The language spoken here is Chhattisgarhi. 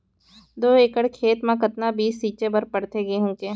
दो एकड़ खेत म कतना बीज छिंचे बर पड़थे गेहूँ के?